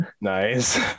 Nice